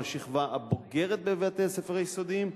השכבה הבוגרת בבתי-הספר היסודיים,